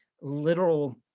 literal